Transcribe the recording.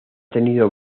tenido